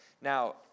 Now